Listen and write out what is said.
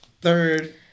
third